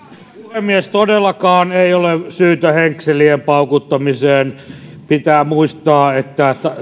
puhemies todellakaan ei ole syytä henkselien paukuttamiseen pitää muistaa että